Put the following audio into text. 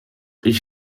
ich